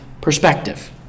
perspective